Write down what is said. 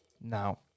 now